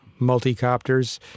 multicopters